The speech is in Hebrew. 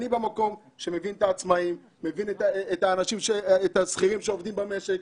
אני במקום שמבין את העצמאים ואת השכירים שעובדים במשק,